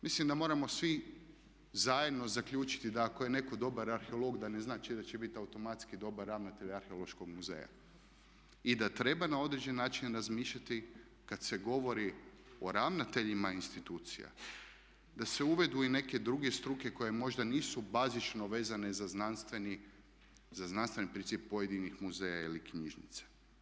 Mislim da moramo svi zajedno zaključiti, da ako je netko dobar arheolog da ne znači da će biti automatski dobar ravnatelj arheološkog muzeja i da treba na određen način razmišljati kad se govori o ravnateljima institucija, da se uvedu i neke druge struke koje možda nisu bazično vezane za znanstveni princip pojedinih muzeja ili knjižnica.